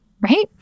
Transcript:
Right